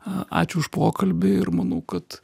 ačiū už pokalbį ir manau kad